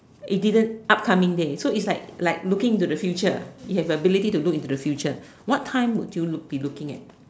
it didn't upcoming day so it's like like looking into the future you have the ability to look into the future what time would you loo~ be looking at